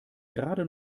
gerade